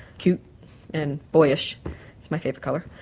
cute and boyish it's my favourite colour.